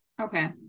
Okay